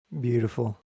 beautiful